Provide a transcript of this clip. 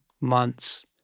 months